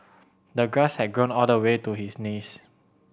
the grass had grown all the way to his knees